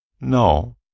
no